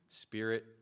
Spirit